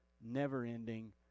never-ending